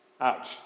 Ouch